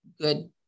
good